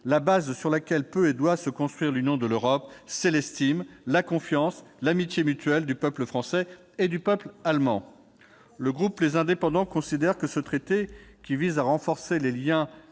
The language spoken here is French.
[La] base sur laquelle peut et doit se construire l'union de l'Europe [...], c'est l'estime, la confiance, l'amitié mutuelles du peuple français et du peuple allemand. » Notre groupe considère ce traité, qui vise à renforcer les liens